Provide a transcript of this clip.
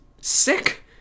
sick